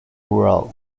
gral